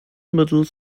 middle